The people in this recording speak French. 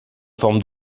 forme